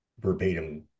verbatim